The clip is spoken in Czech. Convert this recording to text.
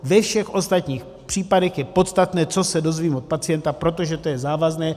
Ve všech ostatních případech je podstatné, co se dozvím od pacienta, protože to je závazné.